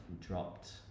dropped